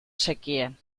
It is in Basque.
zekien